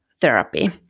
therapy